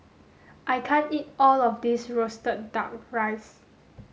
I can't eat all of this roasted duck rice